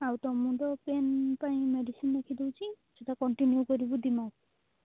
ଆଉ ତୋ ମୁଣ୍ଡ ପେନ୍ ପାଇଁ ମେଡ଼ିସିନ୍ ଲେଖି ଦେଉଛି ସେଇଟା କଣ୍ଟିନ୍ୟୁ କରିବୁ ଦୁଇ ମାସ